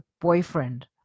boyfriend